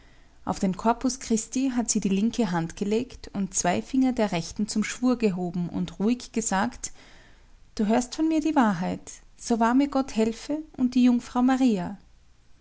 auf den korpus christi hat sie die linke hand gelegt und zwei finger der rechten zum schwur gehoben und ruhig gesagt du hörst von mir die wahrheit so wahr mir gott helfe und die jungfrau maria